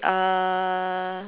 uh